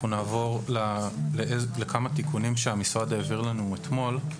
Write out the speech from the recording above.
אנחנו נעבור לכמה תיקונים שהמשרד העביר לנו אתמול,